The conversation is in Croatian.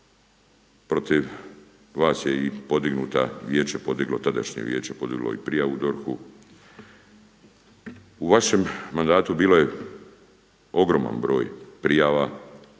vijeće je podiglo, tadašnje vijeće je podiglo i prijavu DORH-u. U vašem mandatu bilo je ogroman broj prijava